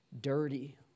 dirty